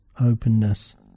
openness